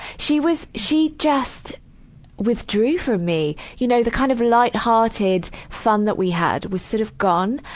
she was, she just withdrew from me. you know, the kind of light-hearted fun that we had was sort of gone.